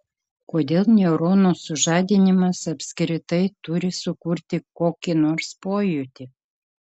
kodėl neuronų sužadinimas apskritai turi sukurti kokį nors pojūtį